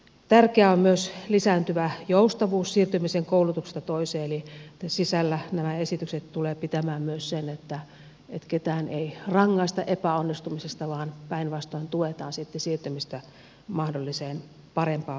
tärkeää on myös lisääntyvä joustavuus siirtymisessä koulutuksesta toiseen eli sisällään nämä esitykset tulevat pitämään myös sen että ketään ei rangaista epäonnistumisista vaan päinvastoin tuetaan sitten siirtymistä mahdolliseen parempaan vaihtoehtoon